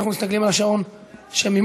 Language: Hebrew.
אנחנו מסתכלים על השעון שממול.